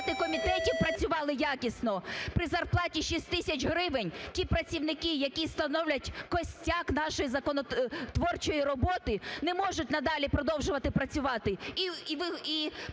секретаріати комітетів працювали якісно. При зарплаті в 6 тисяч гривень ті працівники, які становлять кістяк нашої законотворчої роботи, не можуть надалі продовжувати працювати